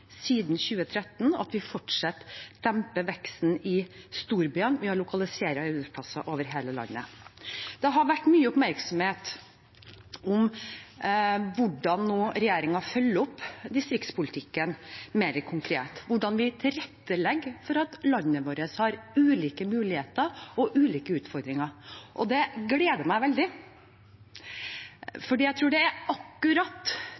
siden 2013, og at vi fortsatt demper veksten i storbyene ved å lokalisere arbeidsplasser over hele landet. Det har vært mye oppmerksomhet om hvordan regjeringen nå følger opp distriktspolitikken mer konkret, hvordan vi tilrettelegger for at landet vårt har ulike muligheter og ulike utfordringer. Det gleder meg veldig, for jeg tror at akkurat